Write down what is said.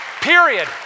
Period